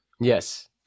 Yes